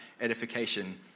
edification